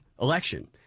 election